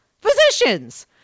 Physicians